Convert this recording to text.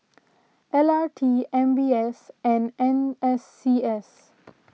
L R T M B S and N S C S